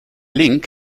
link